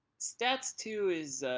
stats two is